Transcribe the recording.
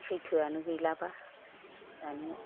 सैथोआनो गैलाबा दानिया